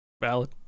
valid